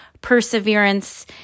perseverance